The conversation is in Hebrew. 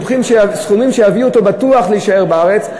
סכומים שבטוח יביאו אותו להישאר בארץ,